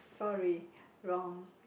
sorry wrong